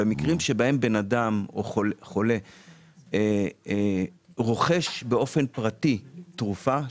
במקרים שבהם בן אדם חולה %רוכש באופן פרטי תרופה,